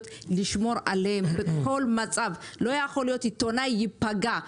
לשמור עליהם בכל מצב לא יכול להיות עיתונאי ייפגע,